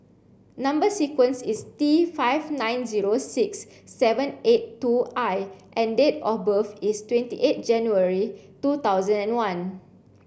number sequence is T five nine zero six seven eight two I and date of birth is twenty eight January two thousand and one